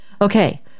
Okay